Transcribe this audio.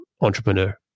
entrepreneur